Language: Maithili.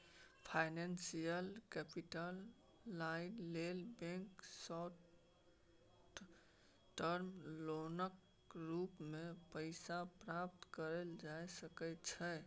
फाइनेंसियल कैपिटल लइ लेल बैंक सँ शार्ट टर्म लोनक रूप मे पैसा प्राप्त कएल जा सकइ छै